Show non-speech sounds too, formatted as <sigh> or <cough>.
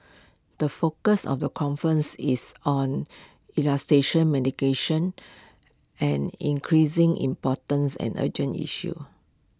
the focus of the conference is on <unintelligible> medication an increasing importance and urgent issue